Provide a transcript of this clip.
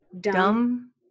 dumb